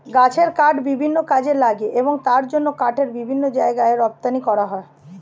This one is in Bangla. গাছের কাঠ বিভিন্ন কাজে লাগে এবং তার জন্য কাঠকে বিভিন্ন জায়গায় রপ্তানি করা হয়